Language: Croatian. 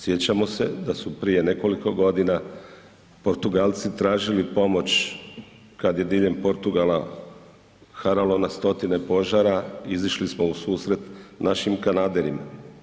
Sjećamo se da su prije nekoliko godina Portugalci tražili pomoć kad je diljem Portugala haralo na stotine požara, izišli smo u susret našim kanaderima.